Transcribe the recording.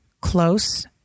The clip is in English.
close